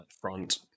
front